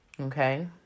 Okay